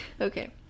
Okay